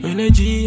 Energy